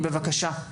בבקשה.